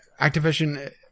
Activision